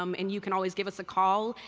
um and you can always give us a call.